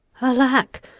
Alack